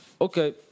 Okay